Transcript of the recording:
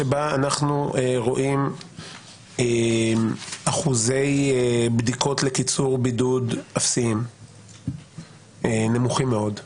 רואים אחוזי בדיקות לקיצור בידוד נמוכים מאוד,